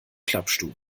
klappstuhl